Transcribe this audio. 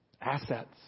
Assets